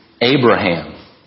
Abraham